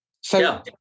So-